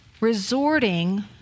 resorting